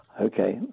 Okay